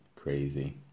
Crazy